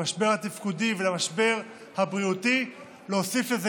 למשבר התפקודי ולמשבר הבריאותי להוסיף לזה